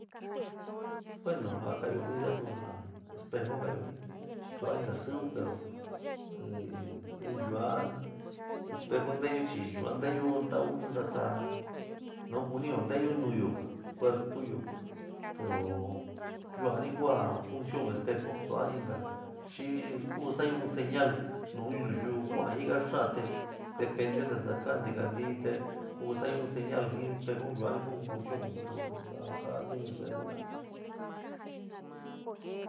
Bueno ja ka'anyo jin yaátu ja espejo ka'anyo jɨn chi tuám inka siwi pero yuan espejo nteéyo chi yuan nteyo in ta'u ntasa nu kunɨ'ó nteéyo nuúyo cuerpu- yo pero yuan ni kuú a funcion espejú tua inka xi ku sa'ayo in señal nu in nayɨú kuan jiká xaán te depende ntasa kaá ndikantɨ te kuú sa'ayo in señal jin espejo yuan ni ku in funcion a katiún espejo jina'a.